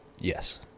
Yes